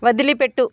వదిలిపెట్టు